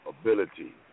Ability